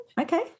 Okay